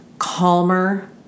Calmer